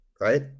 right